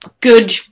good